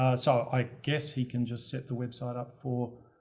ah so i guess he can just set the website up for.